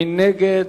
מי נגד?